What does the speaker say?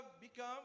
become